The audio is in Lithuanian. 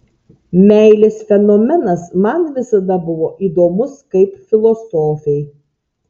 meilės fenomenas man visada buvo įdomus kaip filosofei